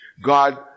God